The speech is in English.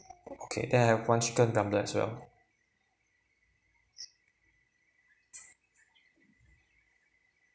okay then I have one chicken drumlet as well